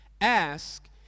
ask